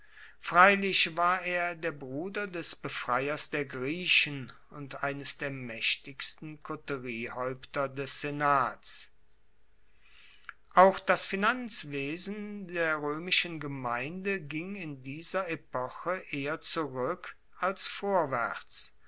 freilich war er der bruder des befreiers der griechen und eines der maechtigsten koteriehaeupter des senats auch das finanzwesen der roemischen gemeinde ging in dieser epoche eher zurueck als vorwaerts